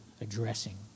addressing